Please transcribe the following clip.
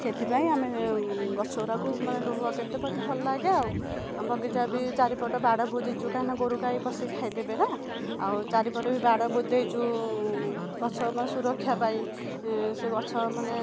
ସେଥିପାଇଁ ଆମେ ଗଛ ଗୁରାକୁ ମାନେ ଲଗେଇତେ ଭାରି ଭଲ ଲାଗେ ଆଉ ଆମ ବଗିଚା ବି ଚାରିପଟ ବାଡ଼ ବୁଜିଛୁ କାହିଁକି ନା ଗୋରୁଗାଈ ପଶିକି ଖାଇଦେବେ ନା ଆଉ ଚାରିପଟେ ବି ବାଡ଼ ବୁଜି ଦେଇଛୁ ଗଛ ମା ସୁରକ୍ଷା ପାଇଁ ସେ ଗଛମାନେ